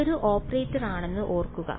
അതൊരു ഓപ്പറേറ്ററാണെന്ന് ഓർക്കുക